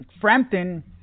Frampton